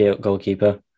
goalkeeper